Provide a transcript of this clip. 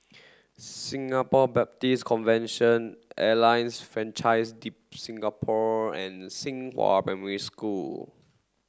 Singapore Baptist Convention Alliance Francaise de Singapour and Xinghua Primary School